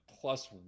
plus